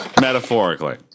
Metaphorically